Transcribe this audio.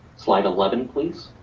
slide eleven, please.